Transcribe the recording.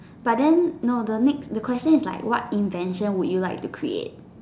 but then no the next the question is like what invention would you like to create